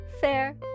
fair